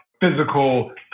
physical